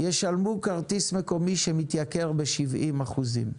ישלמו כרטיס מקומי שמתייקר ב-70 אחוזים.